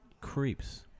creeps